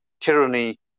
tyranny